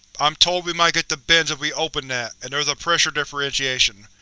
i'm told we might get the bends if we open that and there's a pressure differentiation.